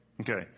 Okay